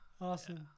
Awesome